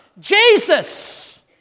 Jesus